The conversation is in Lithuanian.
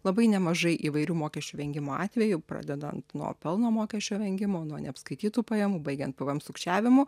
labai nemažai įvairių mokesčių vengimo atvejų pradedant nuo pelno mokesčio vengimo nuo neapskaitytų pajamų baigiant pvm sukčiavimu